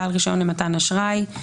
בעל רישיון למתן אשראי,